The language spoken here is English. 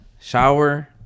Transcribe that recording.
shower